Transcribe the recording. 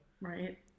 right